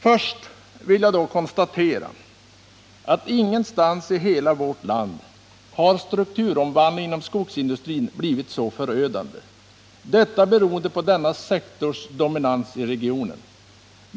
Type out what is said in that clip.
Först vill jag då konstatera att ingenstans i hela vårt land har strukturomvandlingen inom skogsindustrin blivit så förödande som i Ådalen — detta beroende på denna sektors dominans i regionen.